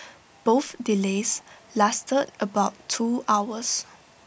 both delays lasted about two hours